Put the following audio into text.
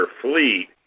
fleet